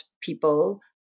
people